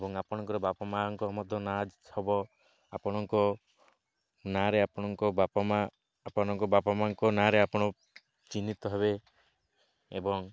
ଏବଂ ଆପଣଙ୍କର ବାପା ମାଆଙ୍କ ମଧ୍ୟ ନାଁ ହବ ଆପଣଙ୍କ ନାଁରେ ଆପଣଙ୍କ ବାପା ମାଆ ଆପଣଙ୍କ ବାପା ମାଆଙ୍କ ନାଁରେ ଆପଣ ଚିହ୍ନିତ ହେବେ ଏବଂ